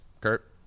Kurt